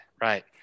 right